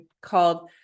called